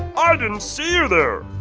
ah didn't see you there!